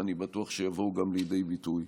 ואני בטוח שהן גם יבואו לידי ביטוי.